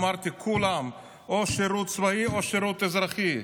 אמרתי: כולם, או שירות צבאי או שירות אזרחי.